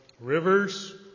Rivers